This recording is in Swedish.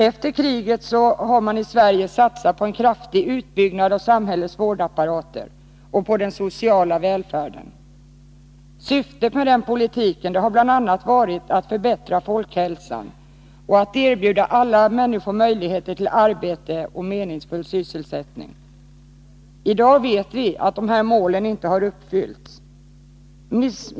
Efter kriget har man i Sverige satsat på en kraftig utbyggnad av samhällets vårdapparat och på den sociala välfärden. Syftet med den politiken har bl.a. varit att förbättra folkhälsan och att erbjuda alla människor möjligheter till arbete och meningsfull sysselsättning. I dag vet vi att dessa mål inte uppfyllts.